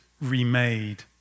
remade